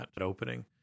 opening